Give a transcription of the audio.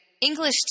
English